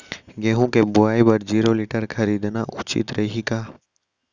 गेहूँ के बुवाई बर जीरो टिलर खरीदना उचित रही का?